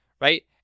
right